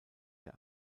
der